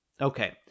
Okay